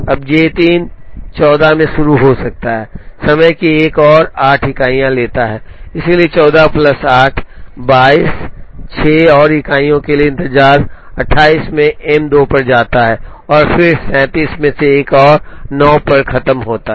अब J 3 14 में शुरू हो सकता है समय की एक और आठ इकाई लेता है इसलिए 14 प्लस 8 22 6 और इकाइयों के लिए इंतजार 28 में एम 2 पर जाता है और फिर 37 में एक और 9 खत्म होता है